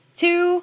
two